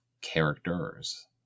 characters